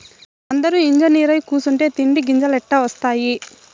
అందురూ ఇంజనీరై కూసుంటే తిండి గింజలెట్టా ఒస్తాయి